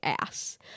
ass